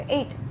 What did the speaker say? Eight